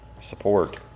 support